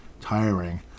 tiring